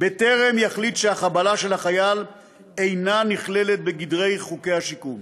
בטרם יחליט שהחבלה של החייל אינה נכללת בגדרי חוקי השיקום.